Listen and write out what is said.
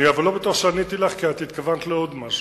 אני לא בטוח שעניתי לך, כי התכוונת לעוד משהו,